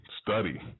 study